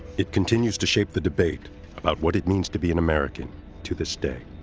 it continues to shape the debate about what it means to be an american to this day.